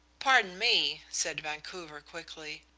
pardon me, said vancouver, quickly,